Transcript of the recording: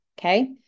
okay